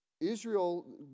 Israel